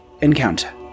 encounter